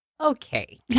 Okay